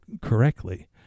correctly